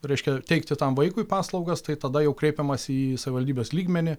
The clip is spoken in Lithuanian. reiškia teikti tam vaikui paslaugas tai tada jau kreipiamasi į savivaldybės lygmenį